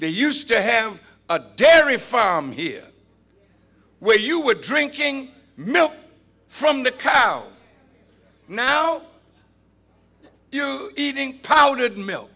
they used to have a dairy farm here where you were drinking milk from the cows now eating powered milk